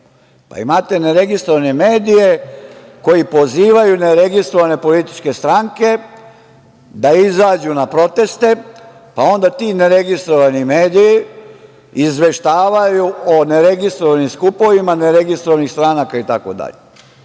pa imate neregistrovane medije, koji pozivaju neregistrovane političke stranke, da izađu na proteste, pa onda ti neregistrovani mediji, izveštavaju o neregistrovanim skupovima neregistrovanih stranaka, itd. Da li je